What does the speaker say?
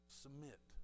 submit